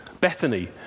Bethany